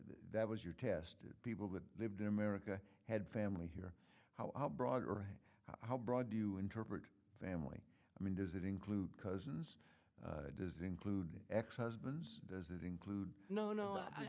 that was your test people that lived in america had family here how broad or how broad do you interpret family i mean does it include cousins does include ex husbands does that include no no i